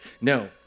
No